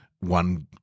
one